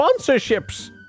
sponsorships